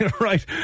Right